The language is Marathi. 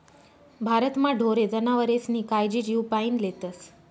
भारतमा ढोरे जनावरेस्नी कायजी जीवपाईन लेतस